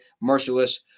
Merciless